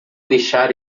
deixar